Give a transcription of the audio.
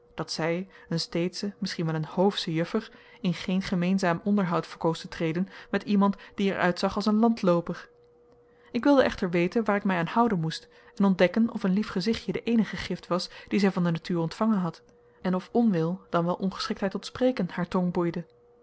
dat zij een steedsche misschien wel een hoofsche juffer in geen gemeenzaam onderhoud verkoos te treden met iemand die er uitzag als een landlooper ik wilde echter weten waar ik mij aan houden moest en ontdekken of een lief gezichtje de eenige gift was die zij van de natuur ontvangen had en of onwil dan wel ongeschiktheid tot spreken haar tong boeide